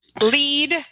lead